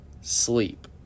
sleep